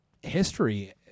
history